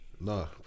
no